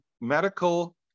medical